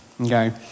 okay